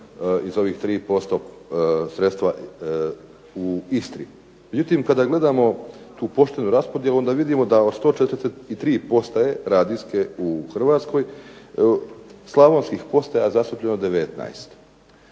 iz ovih 3% sredstva u Istri. Međutim, kada gledamo tu poštenu raspodjelu onda vidimo da od 143 postaje radijske u Hrvatskoj slavonskih postaja je zastupljeno 19,